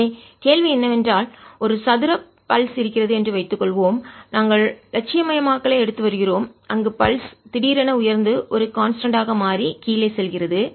எனவே கேள்வி என்னவென்றால் ஒரு சதுர பல்ஸ் துடிப்பு இருக்கிறது என்று வைத்துக் கொள்வோம் நாங்கள் இலட்சிய மயமாக்கலை எடுத்து வருகிறோம் அங்கு பல்ஸ் துடிப்பு திடீரென உயர்ந்து ஒரு கான்ஸ்டன்ட் மாறிலி ஆக மாறி கீழே செல்கிறது